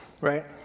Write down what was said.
right